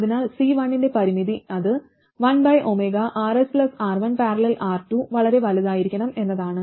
അതിനാൽ C1 ന്റെ പരിമിതി അത് 1RsR1||R2 വളരെ വലുതായിരിക്കണം എന്നതാണ്